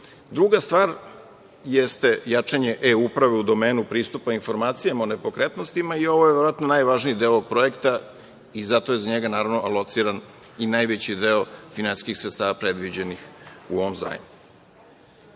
stvar jeste jačanje e-uprave u domenu pristupa informacijama o nepokretnostima i ovo je verovatno najvažniji deo ovog projekta i zato je za njega lociran i najveći deo finansijskih sredstava predviđenih u ovom zajmu. Ova